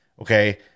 Okay